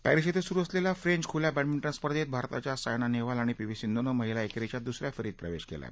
Paris िंधूं सुरू असलेल्या फ्रेंच खुल्या बॅडमिंटन स्पर्धेत भारताच्या सायना नेहवाल आणि पी व्ही सिंधूनं महिला एकेरीच्या दुस या फेरीत प्रवेश केला आहे